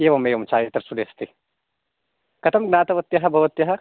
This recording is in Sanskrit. एवम् एवं छायाचित्र स्टुडियो अस्ति कथं ज्ञातवत्यः भवत्यः